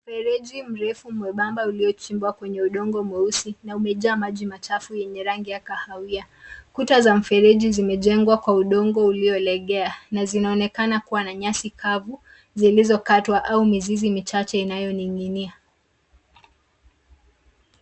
Mfereji mrefuvmwembamba uliochimbwa kwenye udongo mweusi na umejaa maji machafu yenye rangi ya kahawia. Kuta za mfereji zimejengwa kwa udongo uliolegea na zinaonekana kuwa na nyasi kavu zilizokatwa au mizizi michache inayoning'inia.